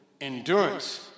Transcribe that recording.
endurance